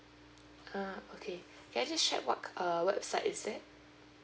uh okay can you just share what uh website is it